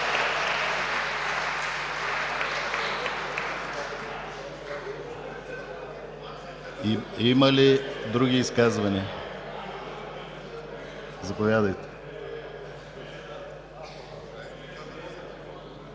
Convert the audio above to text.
Има ли други изказвания? Заповядайте.